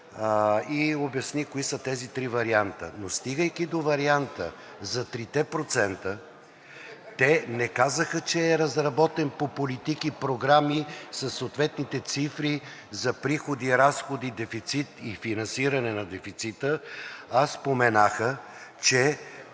и обясни кои са тези три варианта, но стигайки до варианта за трите процента, те не казаха, че е разработен по политики, програми, със съответните цифри за приходи, разходи, дефицит и финансиране на дефицита, а споменаха, че